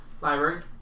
library